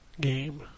game